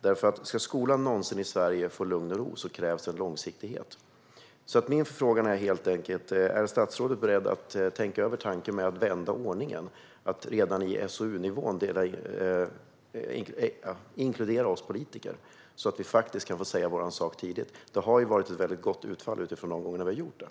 Om skolan i Sverige någonsin ska få lugn och ro krävs långsiktighet. Är statsrådet beredd att tänka sig tanken att vända ordningen, att redan på SOU-nivå inkludera oss politiker så att vi kan få säga vår sak tidigt? Det har varit ett gott utfall när det har gjorts.